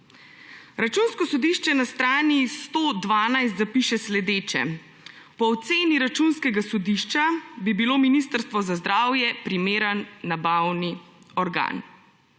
Računsko sodišče na strani 112 zapiše sledeče, »Po oceni Računskega sodišča bi bilo Ministrstvo za zdravje primeren nabavni organ«.